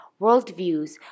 worldviews